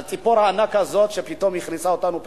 ציפור הענק הזאת, שפתאום הכניסה אותנו פנימה.